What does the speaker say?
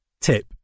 Tip